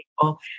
people